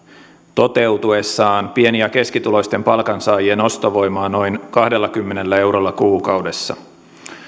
toteutuessaan pieni ja keskituloisten palkansaajien ostovoimaa noin kahdellakymmenellä eurolla kuukaudessa